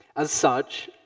as such,